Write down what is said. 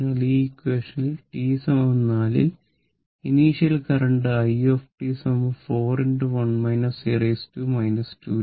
അതിനാൽ ഈ ഇക്വേഷനിൽ t 4 ൽ ഇനീഷ്യൽ കരണ്ട് i 4